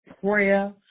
prayer